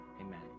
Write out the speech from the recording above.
Amen